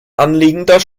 anliegender